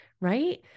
right